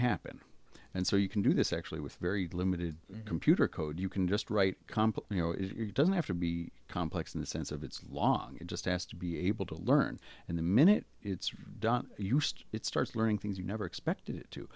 happen and so you can do this actually with very limited computer code you can just write comp you know it doesn't have to be complex in the sense of its long it just has to be able to learn and the minute it's done used it starts learning things you never expected